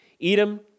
Edom